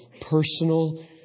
personal